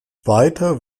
weiter